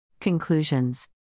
Conclusions